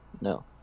No